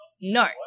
No